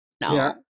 no